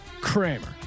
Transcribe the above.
Kramer